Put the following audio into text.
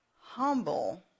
Humble